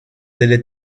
delle